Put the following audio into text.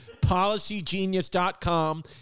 PolicyGenius.com